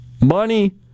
Money